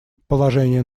положение